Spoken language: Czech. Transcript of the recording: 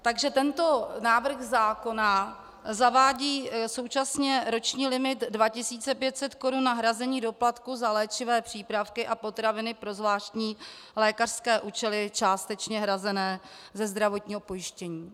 Takže tento návrh zákona zavádí současně roční limit 2500 korun na hrazení doplatků za léčivé přípravky a potraviny pro zvláštní lékařské účely částečně hrazené ze zdravotního pojištění.